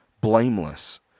blameless